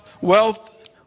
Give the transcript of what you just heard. wealth